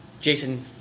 Jason